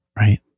right